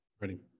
Ready